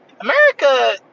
America